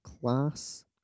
class